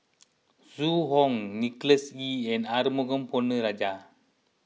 Zhu Hong Nicholas Ee and Arumugam Ponnu Rajah